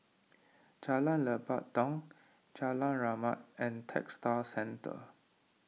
Jalan Lebat Daun Jalan Rahmat and Textile Centre